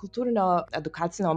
kultūrinio edukacinio